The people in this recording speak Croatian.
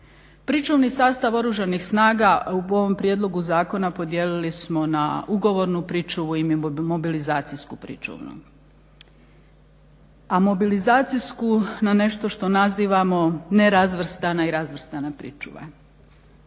Pričuvni sastav Oružanih snaga u ovom prijedlogu zakona podijelili smo na ugovornu pričuvu i mobilizacijsku pričuvu. A mobilizacijsku na nešto što nazivamo nerazvrstana i razvrstana pričuva.